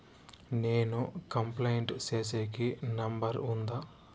నేను కంప్లైంట్ సేసేకి నెంబర్ ఉందా?